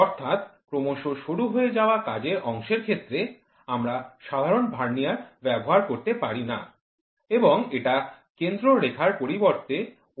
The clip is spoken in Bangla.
অর্থাৎ ক্রমশ সরু হয়ে যাওয়া কাজের অংশের ক্ষেত্রে আমরা সাধারন ভার্নিয়ার ব্যবহার করতে পারি না এবং এটা কেন্দ্র রেখার পরিবর্তে অন্য ভাবে পরিমাপ করতে হয়